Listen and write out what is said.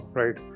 right